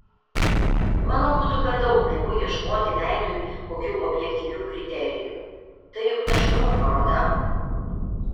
manau būtų per daug naivu ieškoti veidui kokių objektyvių kriterijų tai juk ne šunų paroda